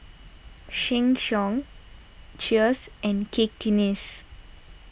Sheng Siong Cheers and Cakenis